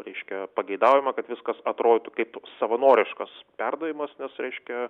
reiškia pageidaujama kad viskas atrodytų kaip savanoriškas perdavimas nes reiškia